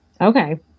Okay